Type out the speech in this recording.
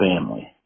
family